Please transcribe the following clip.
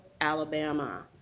Alabama